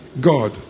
God